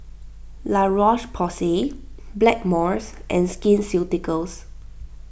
La Roche Porsay Blackmores and Skin Ceuticals